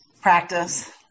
practice